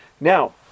Now